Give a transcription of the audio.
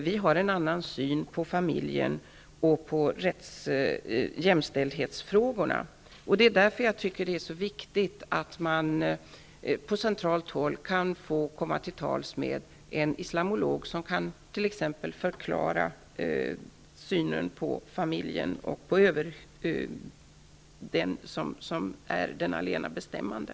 Vi har en annan syn på familjen och på jämställdhetsfrågorna. Det är av den anledningen jag tycker att det är så viktigt att man på centralt håll kan få komma till tals med en islamolog som t.ex. kan förklara synen på familjen och på den som är den allena bestämmande.